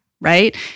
Right